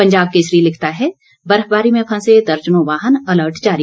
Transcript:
पंजाब केसरी लिखता है बर्फबारी में फंसे दर्जनों वाहन अलर्ट जारी